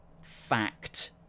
fact